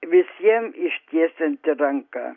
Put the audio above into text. visiem ištiesianti ranka